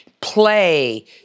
play